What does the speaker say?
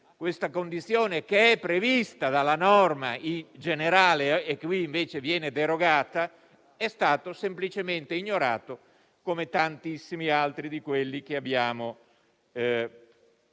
la condizione prevista dalla norma generale che viene derogata, è stato semplicemente ignorato, come tantissimi altri di quelli che abbiamo presentato.